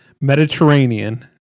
Mediterranean